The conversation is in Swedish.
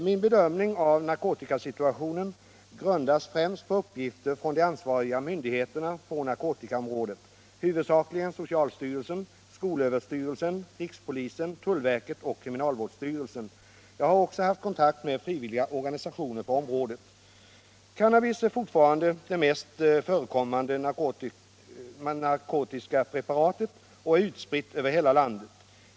Min bedömning av narkotikasituationen grundas främst på uppgifter från de ansvariga myndigheterna på narkotikaområdet, huvudsakligen socialstyrelsen, skolöverstyrelsen, rikspolisstyrelsen, tullverket och kriminalvårdsstyrelsen. Jag har också haft kontakt med frivilliga organisationer på området. Cannabis är fortfarande det mest förekommande narkotiska preparatet och är spritt över hela landet.